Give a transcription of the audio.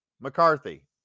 McCarthy